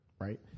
right